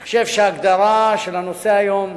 אני חושב שההגדרה של הנושא היום,